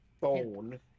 phone